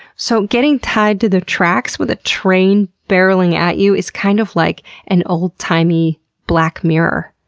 so getting tied to the tracks with a train barreling at you is kind of like an old-timey black mirror,